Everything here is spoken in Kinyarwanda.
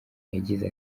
yagize